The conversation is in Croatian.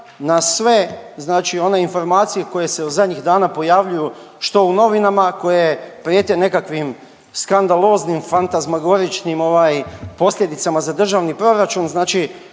na sve znači one informacije koje se zadnjih dana pojavljuju što u novinama koje prijete nekakvih skandaloznim fantazmagoričnim ovaj posljedicama za Državni proračun. Znači